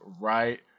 right